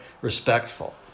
respectful